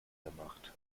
gemacht